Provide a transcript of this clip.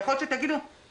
אגב,